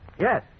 Yes